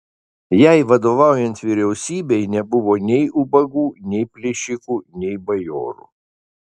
jai vadovaujant vyriausybei nebuvo nei ubagų nei plėšikų nei bajorų